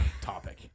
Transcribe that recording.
topic